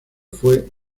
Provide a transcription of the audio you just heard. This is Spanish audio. fue